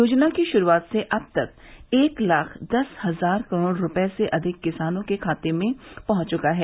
योजना की शुरूआत से अब तक एक लाख दस हजार करोड़ रुपए से अधिक किसानों के खाते में पहुंच चुका है